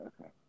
Okay